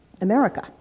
America